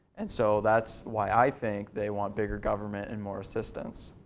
and so that's why i think they want bigger government and more assistance.